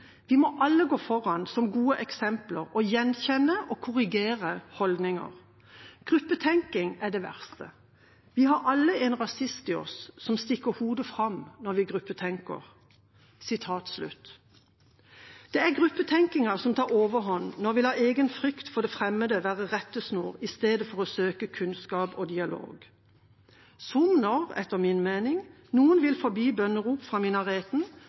Vi må alle gå foran som gode eksempler og gjenkjenne og korrigere holdninger. Gruppetenkning er det verste. Vi har alle en rasist i oss som stikker hodet fram når vi gruppetenker.» Det er gruppetenkningen som tar overhånd når vi lar egen frykt for det fremmede være rettesnor i stedet for å søke kunnskap og dialog, som – etter min mening – når noen vil forby bønnerop fra minareten